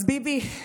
אז ביבי,